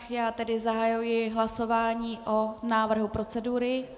Já tedy zahajuji hlasování o návrhu procedury.